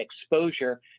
exposure